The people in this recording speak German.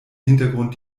hintergrund